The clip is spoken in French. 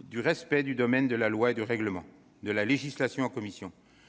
du respect du domaine de la loi et du règlement, de la législation en commission.